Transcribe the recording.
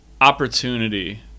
opportunity